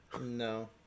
No